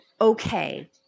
okay